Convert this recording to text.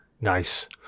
Nice